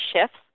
shifts